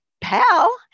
pal